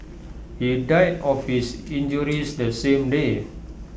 he died of his injuries the same day